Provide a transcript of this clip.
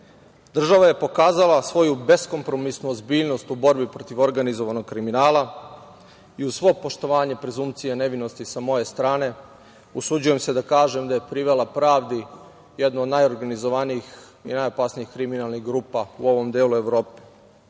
država je pokazala svoju beskompromisnu ozbiljnost u borbi protiv organizovanog kriminala, i uz svo poštovanje prezumpcije nevinosti sa moje strane, usuđujem se da kažem da je privela pravdi jednu od najorganizovanijih i najopasnijih kriminalnih grupa u ovom delu Evrope. Želeo